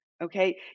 Okay